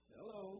Hello